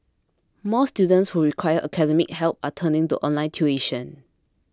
more students who require academic help are turning to online tuition